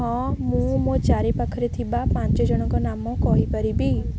ହଁ ମୁଁ ମୋ ଚାରିପାଖରେ ଥିବା ପାଞ୍ଚ ଜଣଙ୍କ ନାମ କହିପାରିବି